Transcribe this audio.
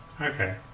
Okay